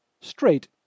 Straight